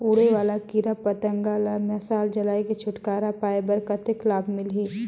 उड़े वाला कीरा पतंगा ले मशाल जलाय के छुटकारा पाय बर कतेक लाभ मिलही?